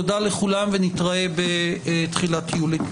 תודה לכולם, ונתראה בתחילת יולי.